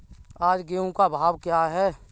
आज गेहूँ का भाव क्या है?